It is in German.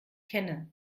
kenne